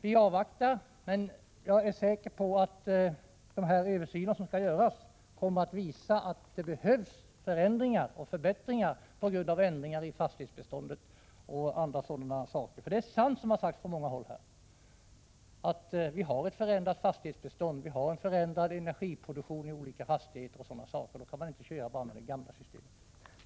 Vi avvaktar översynen som skall göras, men jag är säker på att den kommer att visa att det behövs förändringar och förbättringar på grund av ändringar i fastighetsbeståndet och andra sådana saker. Det är sant, som det har sagts från många håll här, att fastighetsbeståndet har förändrats, liksom energiproduktionen. Då kan man inte köra med det gamla systemet.